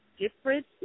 different